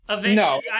No